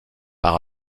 par